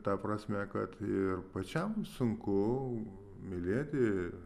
ta prasme kad ir pačiam sunku mylėti